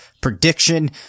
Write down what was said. prediction